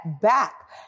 back